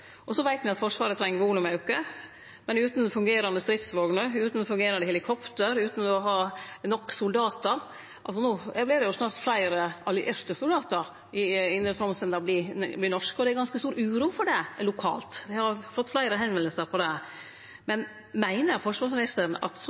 veit at Forsvaret treng volumauke, men utan fungerande stridsvogner, utan fungerande helikopter og utan å ha nok soldatar vert det snart fleire allierte soldatar i Indre Troms enn det er norske. Det er ganske stor uro rundt det lokalt. Det er fleire som har teke kontakt med oss om det. Meiner forsvarsministeren at så